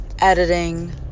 editing